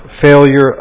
failure